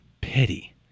pity